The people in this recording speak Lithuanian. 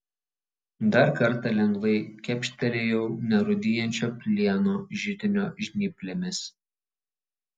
dar kartą lengvai kepštelėjau nerūdijančio plieno židinio žnyplėmis